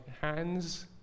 hands